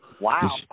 Wow